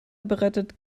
bereitet